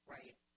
Right